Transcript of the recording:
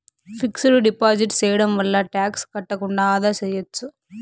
fixed deposit సేయడం వల్ల tax కట్టకుండా ఆదా సేయచ్చు